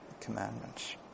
commandments